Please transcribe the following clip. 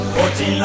Forty